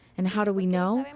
and how do we know?